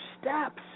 steps